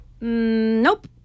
Nope